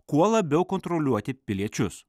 kuo labiau kontroliuoti piliečius